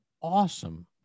awesome